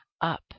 up